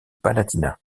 palatinat